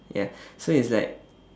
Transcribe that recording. ya so it's like